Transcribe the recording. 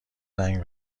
زنگ